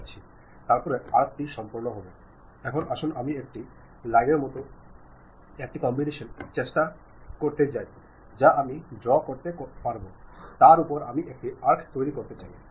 അവിടെ ബാഹ്യ ആശയവിനിമയത്തിലൂടെ നിങ്ങൾക്ക് പ്രോത്സാഹിപ്പിക്കാൻ കഴിയും അതിലൂടെ നിങ്ങളുടെ ഓർഗനൈസേഷൻ എന്താണ് ചെയ്യുന്നതെന്ന് പുറം ലോകത്തെ അറിയിക്കുകയും ഉപഭോക്താക്കളെ ബോധവാന്മാർ ആക്കുകയും ചെയ്യുന്നു